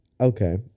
okay